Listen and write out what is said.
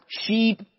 sheep